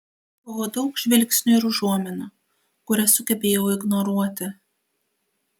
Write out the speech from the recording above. buvo daug žvilgsnių ir užuominų kurias sugebėjau ignoruoti